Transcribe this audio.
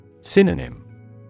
Synonym